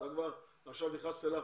אני רואה שעכשיו נכנסת ללחץ.